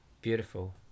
Beautiful